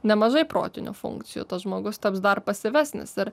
nemažai protinių funkcijų tas žmogus taps dar pasyvesnis ir